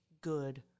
good